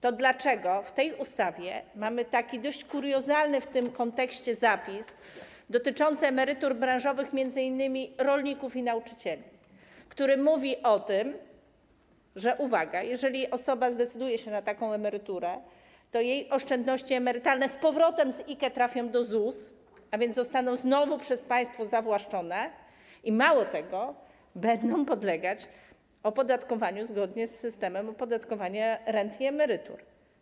To dlaczego w tej ustawie mamy dość kuriozalny w tym kontekście zapis dotyczący emerytur branżowych m.in. rolników i nauczycieli, który mówi o tym, że, uwaga, jeżeli osoba zdecyduje się na taką emeryturę, to jej oszczędności emerytalne z powrotem z IKE trafią do ZUS, a więc zostaną znowu przez państwo zawłaszczone i, mało tego, będą podlegać opodatkowaniu zgodnie z systemem opodatkowania rent i emerytur?